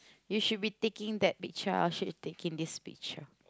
you should be taking that picture I should be taking this picture